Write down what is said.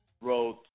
wrote